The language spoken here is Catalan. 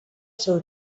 seu